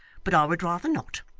but i would rather not.